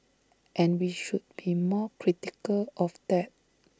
and we should be more critical of that